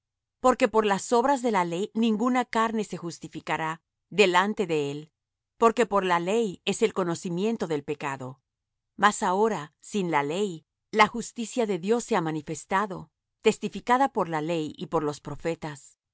porque por las obras de la ley ninguna carne se justificará delante de él porque por la ley es el conocimiento del pecado mas ahora sin la ley la justicia de dios se ha manifestado testificada por la ley y por los profetas